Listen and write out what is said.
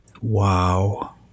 Wow